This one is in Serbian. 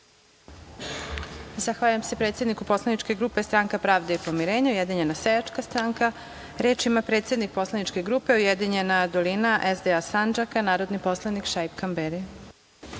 Zahvaljujem se predsedniku poslaničke grupe Stranka pravde i pomirenja i Ujedinjena seljačka stranka. Reč ima predsednik poslaničke grupe Ujedinjena dolina SDA Sandžaka, narodni poslanik Šaip Kamberi.